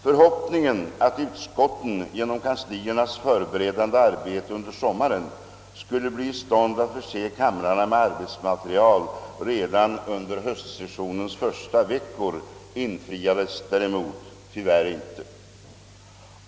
Förhoppningen att utskotten genom kansliernas förberedande arbete under sommaren skulle bli i stånd att förse kamrarna med arbetsmaterial redan under höstsessionens första veckor infriades däremot tyvärr icke.